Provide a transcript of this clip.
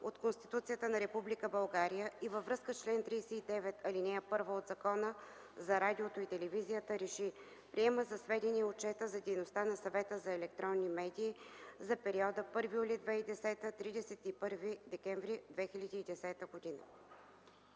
от Конституцията на Република България и във връзка с чл. 39, ал. 1 от Закона за радиото и телевизията РЕШИ: Приема за сведение Отчета за дейността на Съвета за електронни медии за периода 1 юли 2010 г. – 31 декември 2010 г.”